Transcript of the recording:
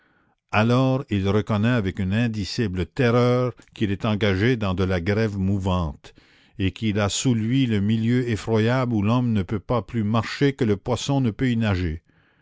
alors il reconnaît avec une indicible terreur qu'il est engagé dans de la grève mouvante et qu'il a sous lui le milieu effroyable où l'homme ne peut pas plus marcher que le poisson n'y peut nager